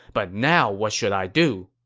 but now what should i do?